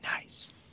nice